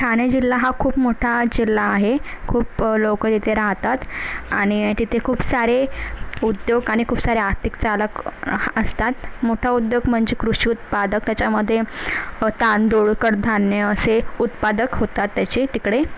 ठाणे जिल्हा हा खूप मोठा जिल्हा आहे खूप लोक इथे राहतात आणि तिथे खूप सारे उद्योग आणि खूप साऱ्या आर्थिक चालक हा असतात मोठा उद्योग म्हणजे कृषी उत्पादक त्याच्यामध्ये तांदूळ कडधान्य असे उत्पादक होतात त्याचे तिकडे